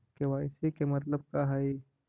KYC के मतलब का हई?